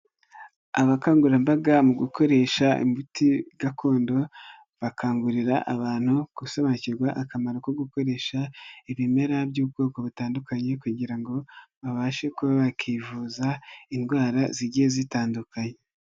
Abakangurambaga mu gukoresha imbuto gakondo, bakangurira abantu gusobanukirwa akamaro ko gukoresha, ibimera by'ubwoko butandukanye kugira ngo babashe kuba bakivuza, indwara zigiye zitandukanye.